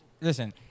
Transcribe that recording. listen